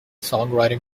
songwriting